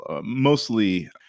mostly